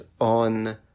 on